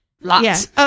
lots